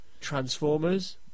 transformers